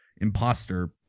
imposter